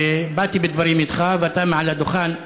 באתי בדברים איתך ואתה, מעל הדוכן,